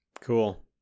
Cool